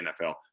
NFL